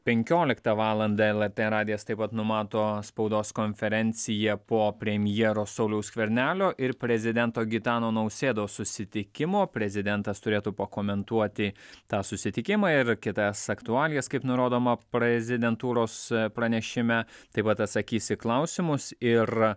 penkioliktą valandą lrt radijas taip pat numato spaudos konferenciją po premjero sauliaus skvernelio ir prezidento gitano nausėdos susitikimo prezidentas turėtų pakomentuoti tą susitikimą ir kitas aktualijas kaip nurodoma prezidentūros pranešime taip pat atsakys į klausimus ir